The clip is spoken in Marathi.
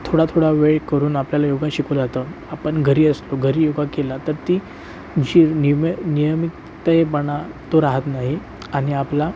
थोडा थोडा वेळ करून आपल्याला योगा शिकवला जातो आपण घरी असतो घरी योगा केला तर ती जी नियमित नियमितपणा तो राहत नाही आणि आपला